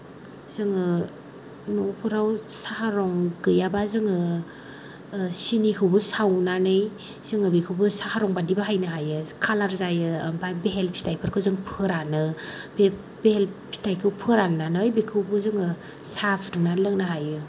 जोङो न'फोराव साहा रं गैयाबा जोङो सिनिखौबो सावनानै जोङो बेखौबो साहा रं बायदि बाहायनो हायो कालार जायो ओमफ्राय बेहेल फिथाइफोरखौ जों फोरानो बे बेहेल फिथाइखौ फोराननानै बेखौबो जोङो साह फुदुंनानै लोंनो हायो